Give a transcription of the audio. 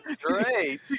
Great